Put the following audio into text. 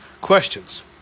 questions